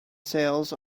sales